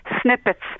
snippets